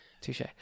Touche